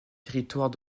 territoire